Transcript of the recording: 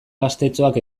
gaztetxoak